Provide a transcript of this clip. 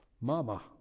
mama